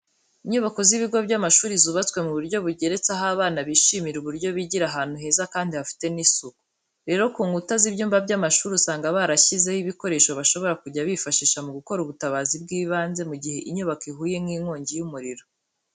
Inyubako z'ibigo by'amashuri zubatswe mu buryo bugeretse, aho abana bishimira uburyo bigira ahantu heza kandi hafite n'isuku. Rero ku nkuta z'ibyumba by'amashuri usanga barashyizeho ibikoresho bashobora kujya bifashisha mu gukora ubutabazi bw'ibanze mu gihe inyubako ihuye nk'inkongi y'umuriro.